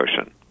Ocean